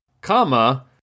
comma